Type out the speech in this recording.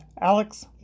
Alex